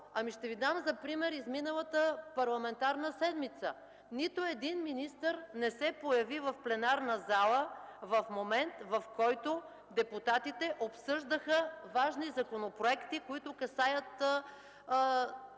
Ще Ви дам за пример изминалата парламентарна седмица. Нито един министър не се появи в пленарната зала в момент, в който депутатите обсъждаха важни законопроекти, касаещи